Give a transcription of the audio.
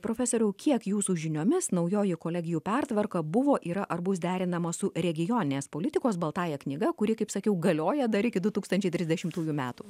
profesoriau kiek jūsų žiniomis naujoji kolegijų pertvarka buvo yra ar bus derinama su regioninės politikos baltąja knyga kuri kaip sakiau galioja dar iki du tūkstančiai trisdešimtųjų metų metų